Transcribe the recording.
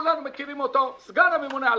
כולם מכירים אותו, סגן הממונה על